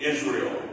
Israel